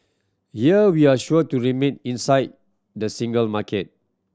here we're sure to remain inside the single market